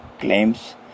claims